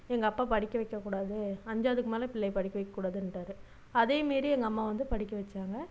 எங்கள் அப்பா படிக்க வைக்கக்கூடாது அஞ்சாவதுக்கு மேலே பிள்ளையை படிக்க வைக்க கூடாதுன்ட்டாரு அதையும் மீறி எங்கள் அம்மா வந்து படிக்க வைச்சாங்க